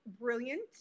brilliant